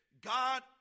God